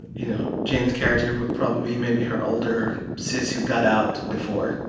you know, jane's character would probably be maybe her older sis who got out before,